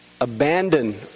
abandon